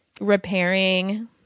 repairing